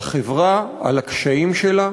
על החברה, על הקשיים שלה,